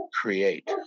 create